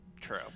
true